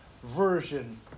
version